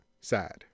sad